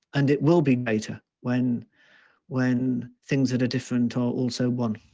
and it will be better when when things that are different or also one.